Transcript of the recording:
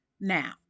Now